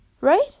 Right